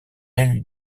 aile